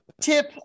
tip